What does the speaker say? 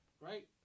right